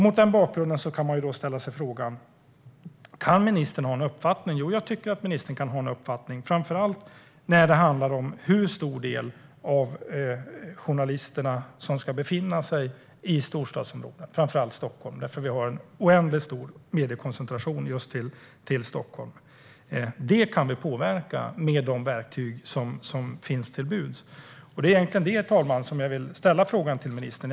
Mot denna bakgrund kan man även ställa sig frågan: Kan ministern ha en uppfattning? Jo, jag tycker att ministern kan det. Det gäller framför allt när det handlar om hur stor del av journalisterna som ska befinna sig i storstadsområdena och i Stockholm i synnerhet. Vi har en oändligt stor mediekoncentration till just Stockholm. Detta kan vi påverka med de verktyg som står till buds. Det är egentligen om detta, herr talman, jag vill ställa en fråga till ministern.